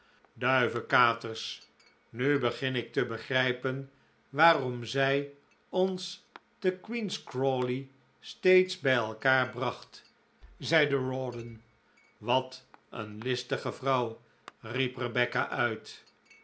duivekaters nu begin ik te begrijpen waarom zij ons te queen's crawley steeds bij elkaar bracht zeide rawdon wat een listige vrouw riep rebecca uit